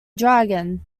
dragon